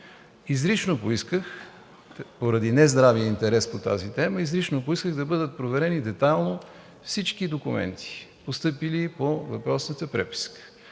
Изрично поисках, поради нездравия интерес по тази тема, да бъдат проверени детайлно всички документи, постъпили по въпросната преписка.